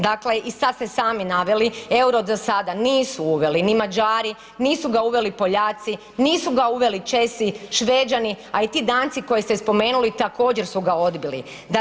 Dakle, i sad ste sami naveli EUR-o za sada nisu uveli ni Mađari, nisu ga uveli Poljaci, nisu ga uveli Česi, Šveđani, a i ti Danci koje ste spomenuli također su ga odbili.